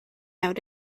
out